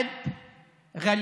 שהחוק שלנו עוזר